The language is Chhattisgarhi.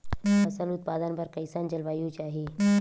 फसल उत्पादन बर कैसन जलवायु चाही?